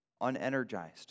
unenergized